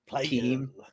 team